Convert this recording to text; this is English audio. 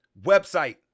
Website